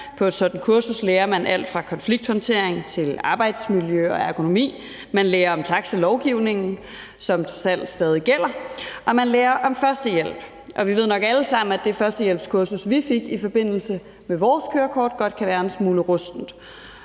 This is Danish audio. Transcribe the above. På et sådant kursus lærer man alt fra konflikthåndtering til arbejdsmiljø og ergonomi. Man lærer om taxilovgivningen, som trods alt stadig gælder, og man lærer om førstehjælp. Og vi ved nok alle sammen, at det førstehjælpskursus, vi fik i forbindelse med vores kørekort, godt kan være en smule rustent.